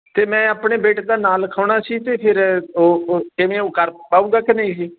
ਅਤੇ ਮੈਂ ਆਪਣੇ ਬੇਟੇ ਦਾ ਨਾਮ ਲਿਖਾਉਣਾ ਸੀ ਅਤੇ ਫਿਰ ਉਹ ਉਹ ਕਿਵੇਂ ਉਹ ਕਰ ਪਾਊਗਾ ਕਿ ਨਹੀਂ ਜੀ